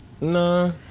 No